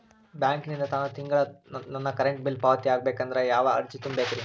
ಬ್ಯಾಂಕಿಂದ ತಾನ ತಿಂಗಳಾ ನನ್ನ ಕರೆಂಟ್ ಬಿಲ್ ಪಾವತಿ ಆಗ್ಬೇಕಂದ್ರ ಯಾವ ಅರ್ಜಿ ತುಂಬೇಕ್ರಿ?